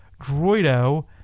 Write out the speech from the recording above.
Droido